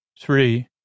three